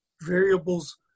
variables